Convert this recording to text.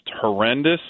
horrendous